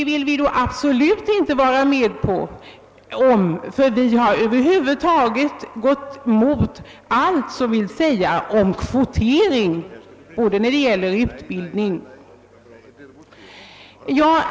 Vi har över huvud taget motsatt oss allt vad kvotering heter, även när det t.ex. gäller utbildning.